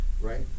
right